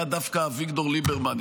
היה דווקא אביגדור ליברמן,